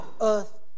earth